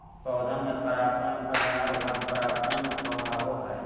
पौधा में पराग कण का नर भाग परागकण कहावो हइ